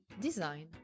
design